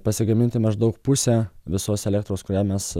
pasigaminti maždaug pusę visos elektros kurią mes